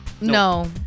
No